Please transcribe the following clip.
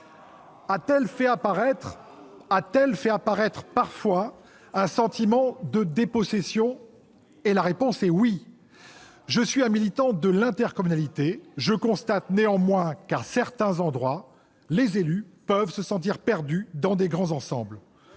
A-t-elle suscité parfois un sentiment de dépossession ? La réponse est oui ! Je suis un militant de l'intercommunalité, mais je constate qu'à certains endroits les élus peuvent se sentir perdus dans des grands ensembles.